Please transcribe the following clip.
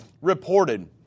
reported